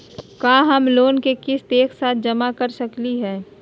का हम लोन के किस्त एक साथ जमा कर सकली हे?